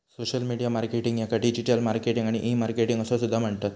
social media marketing याका digital marketing आणि e marketing असो सुद्धा म्हणतत